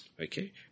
Okay